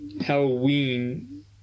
Halloween